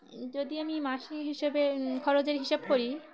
যদি আমি মাসি হিসেবে খরচের হিসাব করি